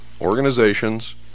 organizations